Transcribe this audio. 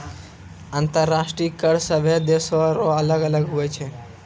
अंतर्राष्ट्रीय कर सभे देसो रो अलग अलग हुवै छै